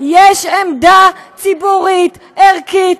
יש עמדה ציבורית ערכית,